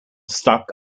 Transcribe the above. stuck